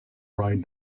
write